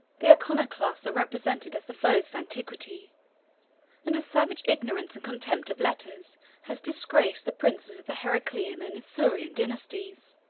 the iconoclasts are represented as the foes of antiquity and a savage ignorance and contempt of letters has disgraced the princes of the heraclean and isaurian dynasties.